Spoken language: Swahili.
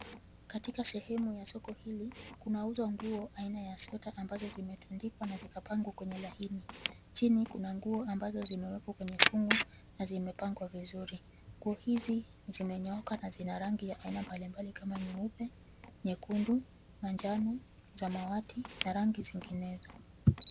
Katika sehemu ya soko hili kunauzwa nguo aina ya sweta ambazo zimetundikwa na zikapangwa kwenye laini. Chini kuna nguo zimewekwa kwa fungu na zimepangwa vizuri. Nguo hizi zimenyooka na zina rangi ya aina mbalimbali kama nyeupe, nyekundu, manjano, samawati na rangi zinginezo.